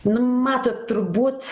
nu matot turbūt